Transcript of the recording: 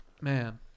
Man